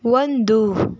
ಒಂದು